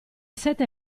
sette